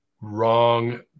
wrong